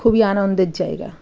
খুবই আনন্দের জায়গা